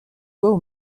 doigts